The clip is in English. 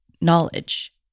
knowledge